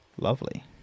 Lovely